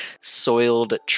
soiled